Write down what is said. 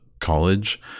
college